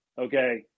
okay